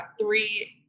three